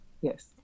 Yes